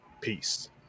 Peace